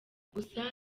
gusa